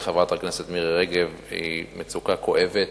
חברת הכנסת מירי רגב היא על מצוקה כואבת,